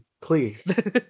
please